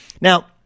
Now